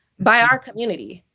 by our community.